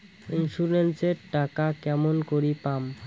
Insurance এর টাকা কেমন করি পাম?